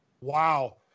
Wow